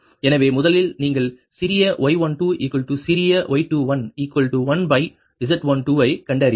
எனவே முதலில் நீங்கள் சிறிய y12சிறிய y211Z12 ஐக் கண்டறியவும்